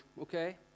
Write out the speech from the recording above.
okay